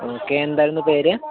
okay എന്തായിരുന്നു പേര്